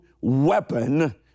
weapon